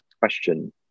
question